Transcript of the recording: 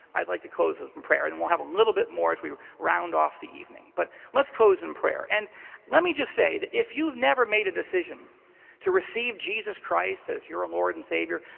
i'd like to close ah in prayer. then we'll have a little bit more as we round off the evening, but let's close in prayer. and let me just say that if you've never made a decision to receive jesus christ as your lord and savior,